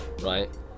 right